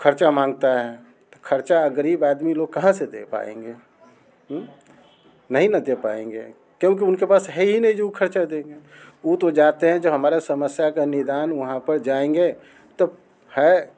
ख़र्चा मांगता है ख़र्चा ग़रीब आदमी लोग कहाँ से दे पाएँगे नहीं ना दे पाएंगे क्योंकि उनके पास है ही नहीं कि जो वो ख़र्चा देंगे वो तो जाते हैं जो हमारी समस्या का निदान वहाँ पर जाएँगे तो है